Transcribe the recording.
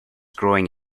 growing